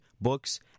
books